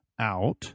out